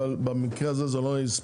אבל במקרה הזה זה לא הספיק.